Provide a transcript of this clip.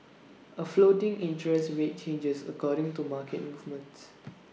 A floating interest rate changes according to market movements